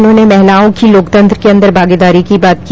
उन्होंने महिलाओं की लोकतंत्र के अंदर भागीदारी की बात की